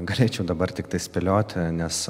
galėčiau dabar tiktai spėlioti nes